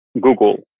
Google